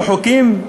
לא חוקים,